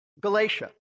Galatia